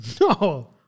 No